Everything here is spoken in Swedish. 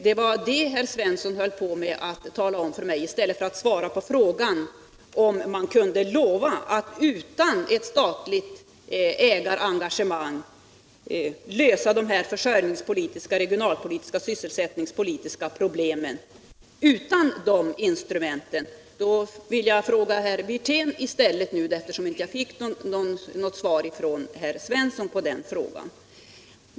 Det var vad herr Svensson talade om i stället för att svara på frågan om man kunde lova att man utan statligt ägarengagemang kunde lösa de regionalpolitiska, försörjningspolitiska och sysselsättningspolitiska problemen. Eftersom herr Svensson inte svarade kan jag ju ställa frågan till herr Wirtén.